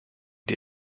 die